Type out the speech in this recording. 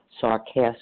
sarcastic